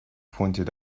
pointed